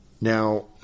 now